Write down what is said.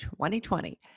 2020